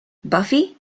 buffy